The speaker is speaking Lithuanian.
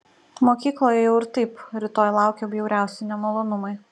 mokykloje jau ir taip rytoj laukė bjauriausi nemalonumai